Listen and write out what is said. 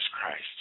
Christ